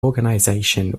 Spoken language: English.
organization